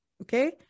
Okay